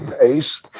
Ace